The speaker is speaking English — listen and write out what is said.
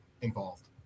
involved